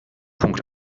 punkt